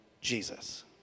Jesus